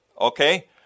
okay